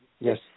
yes